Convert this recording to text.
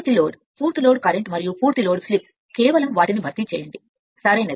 పూర్తి లోడ్ పూర్తి load current మరియు పూర్తి లోడ్ స్లిప్ కేవలం వాటిని భర్తీ చేయండి సరైనది